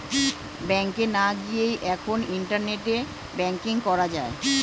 ব্যাংকে না গিয়েই এখন ইন্টারনেটে ব্যাঙ্কিং করা যায়